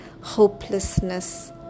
hopelessness